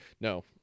no